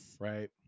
right